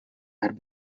had